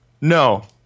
No